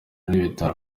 n’ibitaro